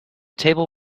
table